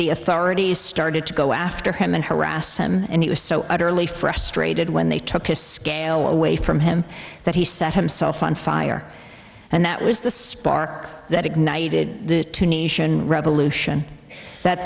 the authorities started to go after him and harass him and he was so utterly frustrated when they took his scale away from him that he set himself on fire and that was the spark that ignited the tunisian revolution